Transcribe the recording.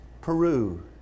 Peru